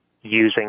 using